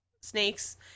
snakes